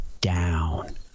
down